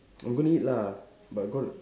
I'm going to eat lah but got